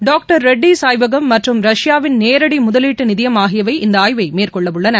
doctor Reddy's ஆய்வகம் மற்றும் ரஷ்யாவின் நேரடி முதலீட்டு நிதியம் ஆகியவை இந்த ஆய்வை மேற்கொள்ள உள்ளன